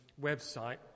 website